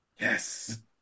yes